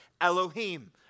Elohim